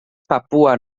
papua